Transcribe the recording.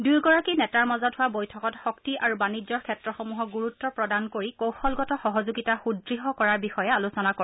দূয়োগৰাকী নেতাৰ মাজত হোৱা বৈঠকত শক্তি আৰু বাণিজ্যৰ ক্ষেত্ৰসমূহক গুৰুত্ব প্ৰদান কৰি কৌশলগত সহযোগিতা সুদ্ঢ় কৰাৰ বিষয়ে আলোচনা কৰে